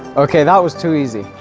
okay, that was too easy.